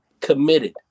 committed